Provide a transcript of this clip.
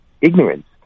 ignorance